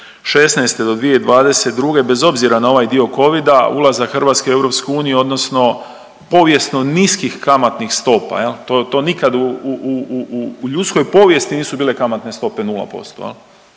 2016. do 2022. bez obzira na ovaj dio Covida, ulazak Hrvatske u EU odnosno povijesno niskih kamatnih stopa jel, to nikada u ljudskoj povijesti nisu bile kamatne stope 0% jel.